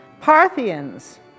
Parthians